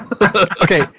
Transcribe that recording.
okay